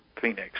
phoenix